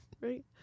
right